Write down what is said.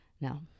No